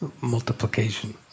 Multiplication